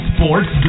Sports